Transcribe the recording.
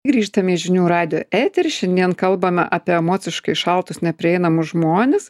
grįžtam į žinių radijo eterį šiandien kalbame apie emociškai šaltus neprieinamus žmones